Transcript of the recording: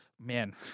man